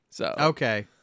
Okay